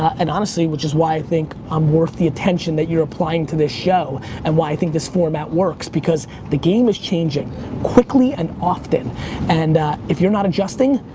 and honestly, which is why i think i'm worth the attention that you're applying to this show and why i think this format works because the game is changing quickly and often and if you're not adjusting,